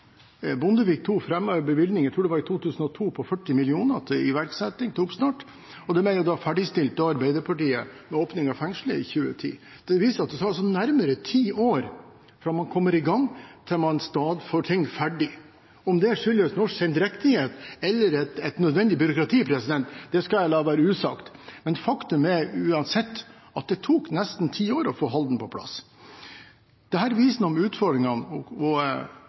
Bondevik II-regjeringen fremmet en bevilgning i 2002 på 40 mill. kr til iverksetting og oppstart, og det ble ferdigstilt av Arbeiderpartiet ved åpningen av fengselet i 2010. Det viser at det altså tar nærmere ti år fra man kommer i gang, til man får ting ferdig. Om det skyldes norsk sendrektighet eller et nødvendig byråkrati, skal jeg la være usagt, men faktum er uansett at det tok nesten ti år å få Halden på plass. Dette viser noe om utfordringene og prosessene vi står overfor og